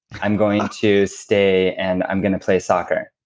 i'm going to stay and i'm going to play soccer.